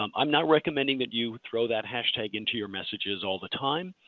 um i'm not recommending that you throw that hashtag into your messages all the time,